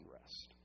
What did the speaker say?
rest